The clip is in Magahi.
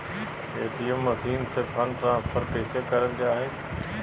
ए.टी.एम मसीन से फंड ट्रांसफर कैसे करल जा है?